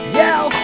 yell